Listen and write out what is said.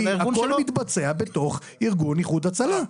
הכל מתבצע בתוך ארגון איחוד הצלה.